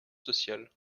social